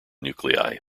nuclei